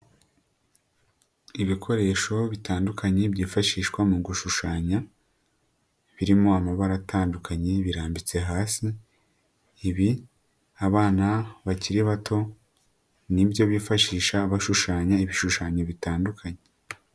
Ibikoresho bitandukanye byifashishwa mu gushushanya birimo amabara atandukanye birambitse hasi, ibi abana bakiri bato ni ibyo bifashisha bashushanya ibishushanyo bitandukanye.